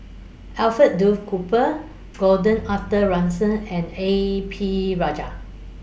Alfred Duff Cooper Gordon Arthur Ransome and A P Rajah